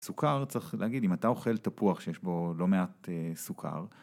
סוכר צריך להגיד אם אתה אוכל תפוח שיש בו לא מעט סוכר